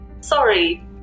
sorry